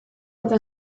eta